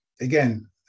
again